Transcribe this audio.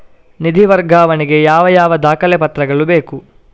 ನಿಧಿ ವರ್ಗಾವಣೆ ಗೆ ಯಾವ ಯಾವ ದಾಖಲೆ ಪತ್ರಗಳು ಬೇಕು?